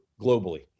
globally